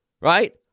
Right